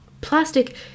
plastic